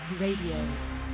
Radio